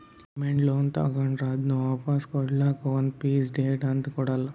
demand loan ತಗೋಂಡ್ರ್ ಅದು ವಾಪಾಸ್ ಕೊಡ್ಲಕ್ಕ್ ಒಂದ್ ಫಿಕ್ಸ್ ಡೇಟ್ ಅಂತ್ ಕೊಡಲ್ಲ